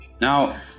Now